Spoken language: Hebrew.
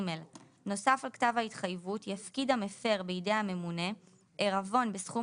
נוסף על כתב ההתחייבות יפקיד המפר בידי הממונה עירבון בסכום